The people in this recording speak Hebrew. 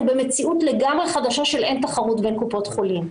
במציאות לגמרי חדשה של אין-תחרות בין קופות החולים,